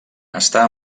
està